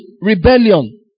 rebellion